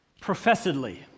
professedly